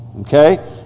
Okay